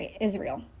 Israel